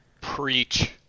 preach